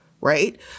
Right